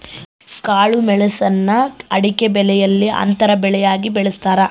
ಕಾಳುಮೆಣುಸ್ನ ಅಡಿಕೆಬೆಲೆಯಲ್ಲಿ ಅಂತರ ಬೆಳೆಯಾಗಿ ಬೆಳೀತಾರ